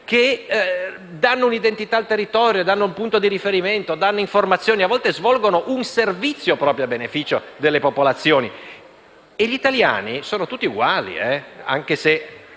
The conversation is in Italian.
conferiscono un'identità al territorio, costituiscono un punto di riferimento, danno informazioni e a volte svolgono un servizio a beneficio delle popolazioni. Gli italiani sono tutti uguali, anche se